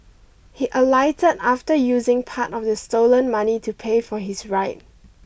he alighted after using part of the stolen money to pay for his ride